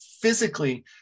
physically